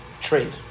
Trade